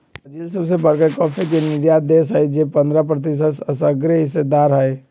Brazil सबसे बरका coffee के निर्यातक देश हई जे पंडह प्रतिशत असगरेहिस्सेदार हई